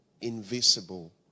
invisible